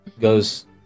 goes